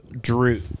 Drew